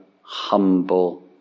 humble